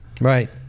Right